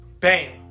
Bam